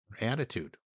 attitude